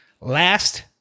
Last